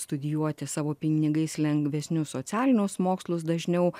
studijuoti savo pinigais lengvesnius socialinius mokslus dažniau